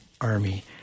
army